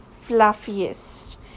fluffiest